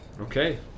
Okay